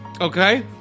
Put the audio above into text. Okay